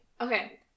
Okay